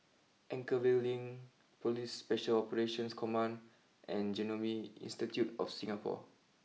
Anchorvale Link police special Operations Command and Genome Institute of Singapore